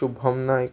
Shubham Naik